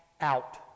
out